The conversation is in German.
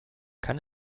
kann